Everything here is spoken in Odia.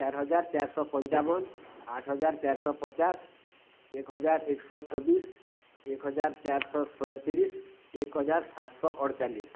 ଚାଏର୍ ହଜାର୍ ଚାଏର୍ଶହ ପଞ୍ଚାବନ ଆଠ୍ ହଜାର ଚାଏର୍ଶହ ପଚାଶ ଏକ୍ ହଜାର୍ ଏକ୍ଶହ ଛବିଶହ ଏକ୍ ହଜାର୍ ଚାଏର୍ ଶହ ଶହେ ତିରିଶ ଏକ୍ ହଜାର୍ ସାତଶହ ଅଠ୍ ଚାଳିଶ